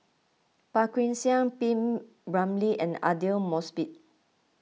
Phua Kin Siang P Ramlee and Aidli Mosbit